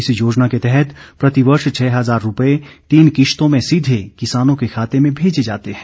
इस योजना के तहत प्रतिवर्ष छह हजार रुपये तीन किश्तों में सीधे किसानों के खाते में भेजे जाते हैं